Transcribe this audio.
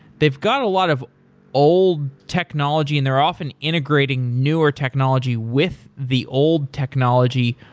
they've got a lot of old technology and they're often integrating newer technology with the old technology.